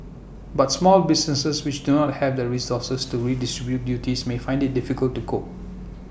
but small businesses which do not have the resources to redistribute duties may find IT difficult to cope